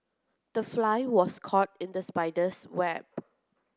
the fly was caught in the spider's web